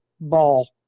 ball